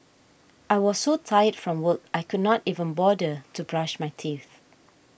I was so tired from work I could not even bother to brush my teeth